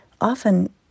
often